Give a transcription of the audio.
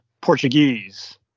Portuguese